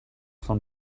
von